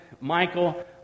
Michael